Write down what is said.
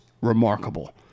remarkable